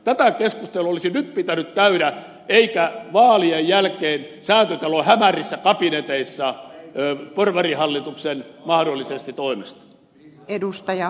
tätä keskustelua olisi pitänyt käydä nyt eikä vaalien jälkeen säätytalon hämärissä kabineteissa mahdollisesti porvarihallituksen toimesta